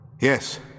Yes